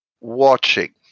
watching